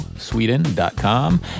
Sweden.com